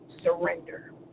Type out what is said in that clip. surrender